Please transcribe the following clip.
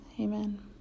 Amen